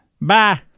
Bye